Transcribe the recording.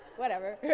whatever.